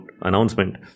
announcement